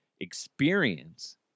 experience